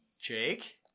Jake